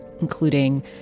including